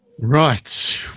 Right